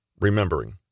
Remembering